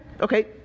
okay